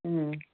हा